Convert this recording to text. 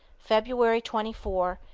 february twenty four,